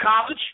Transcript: college